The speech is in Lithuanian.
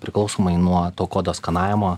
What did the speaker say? priklausomai nuo to kodo skanavimo